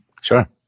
Sure